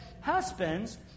husbands